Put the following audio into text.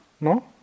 no